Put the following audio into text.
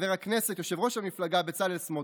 יושב-ראש המפלגה בצלאל סמוטריץ'.